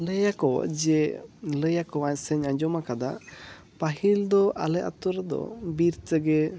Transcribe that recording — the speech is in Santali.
ᱞᱟᱹᱭᱟ ᱠᱚ ᱡᱮ ᱞᱟᱹᱭ ᱟᱠᱚᱣᱟᱭ ᱥᱮᱧ ᱟᱸᱡᱚᱢ ᱟᱠᱟᱫᱟ ᱯᱟᱹᱦᱤᱞ ᱫᱚ ᱟᱞᱮ ᱟᱛᱳ ᱨᱮᱫᱚ ᱵᱤᱨ ᱛᱮᱜᱮ